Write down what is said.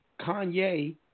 Kanye